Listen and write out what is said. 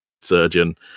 surgeon